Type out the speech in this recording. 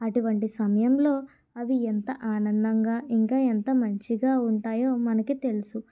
అటువంటి సమయంలో అవి ఎంత ఆనందంగా ఇంకా ఎంత మంచిగా ఉంటాయో మనకి తెలుసు